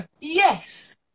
Yes